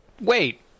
wait